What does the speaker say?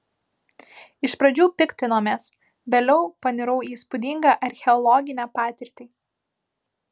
iš pradžių piktinomės vėliau panirau į įspūdingą archeologinę patirtį